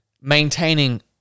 maintaining